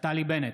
נפתלי בנט,